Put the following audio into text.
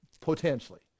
potentially